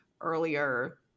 earlier